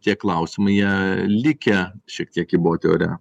tie klausimai ją likę šiek tiek kyboti ore